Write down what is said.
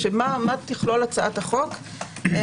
מה תכללול הצעת החוק,